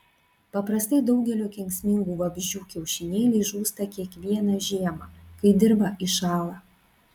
paprastai daugelio kenksmingų vabzdžių kiaušinėliai žūsta kiekvieną žiemą kai dirva įšąla